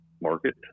market